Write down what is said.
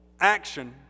action